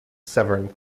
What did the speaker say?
severin